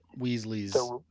weasley's